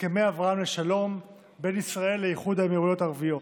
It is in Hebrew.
הסכמי אברהם לשלום בין ישראל לאיחוד האמירויות הערביות,